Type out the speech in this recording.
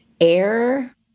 air